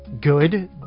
good